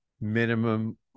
minimum